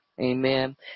Amen